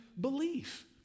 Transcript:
belief